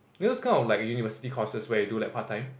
you know those kind of like University courses where you do like part-time